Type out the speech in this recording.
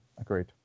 agreed